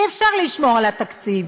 אי-אפשר לשמור על התקציב.